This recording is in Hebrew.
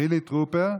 חילי טרופר,